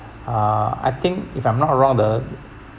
uh I think if I'm not wrong the